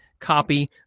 copy